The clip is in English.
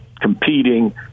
competing